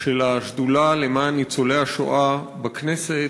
של השדולה למען ניצולי השואה בכנסת,